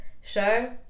show